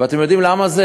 ואתם יודעים למה זה